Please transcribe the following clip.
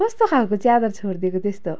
कस्तो खालको च्यादर छोडिदिएको त्यस्तो